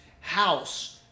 house